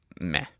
meh